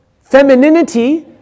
femininity